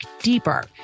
deeper